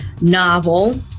novel